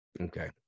Okay